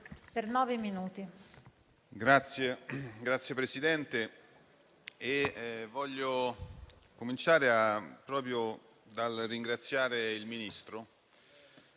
Signor Presidente, voglio cominciare proprio dal ringraziare il Ministro.